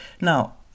Now